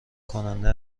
کننده